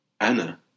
Anna